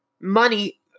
money